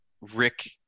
Rick